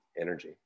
energy